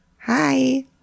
Hi